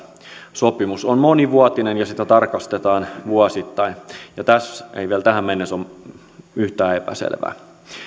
sopimus on monivuotinen ja sitä tarkastetaan vuosittain ja tässä ei vielä tähän mennessä ole yhtään epäselvää